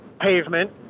pavement